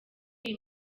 iyi